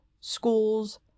schools